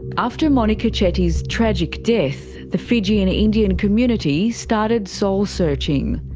after monika chetty's tragic death, the fijian indian community started soul searching.